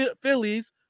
Phillies